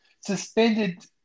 suspended